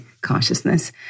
consciousness